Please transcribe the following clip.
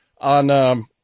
on, –